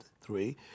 Three